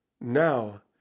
now